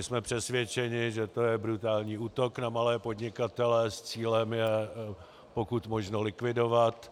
Jsme přesvědčeni, že to je brutální útok na malé podnikatele s cílem je pokud možno likvidovat.